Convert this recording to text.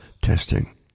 testing